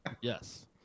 Yes